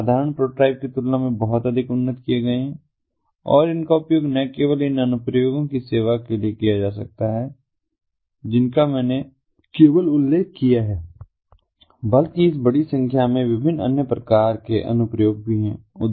कुछ एक साधारण प्रोटोटाइप की तुलना में बहुत अधिक उन्नत किए गए हैं और इनका उपयोग न केवल इन अनुप्रयोगों की सेवा के लिए किया जा सकता है जिनका मैंने केवल उल्लेख किया है बल्कि बड़ी संख्या में विभिन्न अन्य प्रकार के अनुप्रयोग भी हैं